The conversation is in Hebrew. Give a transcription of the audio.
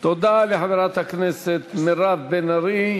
תודה לחברת הכנסת מירב בן ארי.